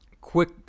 Quick